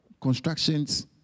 constructions